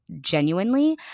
genuinely